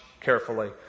carefully